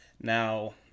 Now